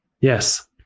Yes